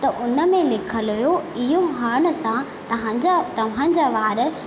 त उन में लिखियलु हुओ इहो हणण सां तव्हांजा तव्हांजा वार